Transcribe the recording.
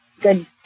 good